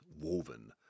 woven